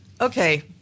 okay